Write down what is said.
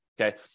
Okay